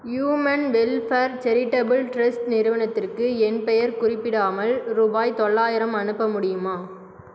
human welfare charitable trust நிறுவனத்துக்கு என் பெயர் குறிப்பிடாமல் ரூபாய் தொள்ளாயிரம் அனுப்ப முடியுமா